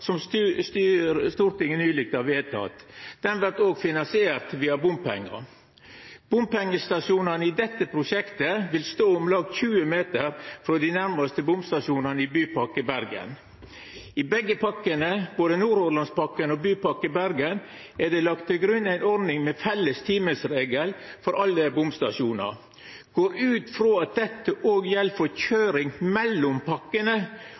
Stortinget nyleg har vedteke. Han blir òg finansiert via bompengar. Bompengestasjonane i dette prosjektet vil stå om lag 20 minutt frå dei nærmaste bomstasjonane i Bypakke Bergen. I begge pakkane, både Nordhordlandspakken og Bypakke Bergen, er det lagt til grunn ei ordning med felles timesregel for alle bomstasjonar. Eg går ut frå at dette òg gjeld for køyring mellom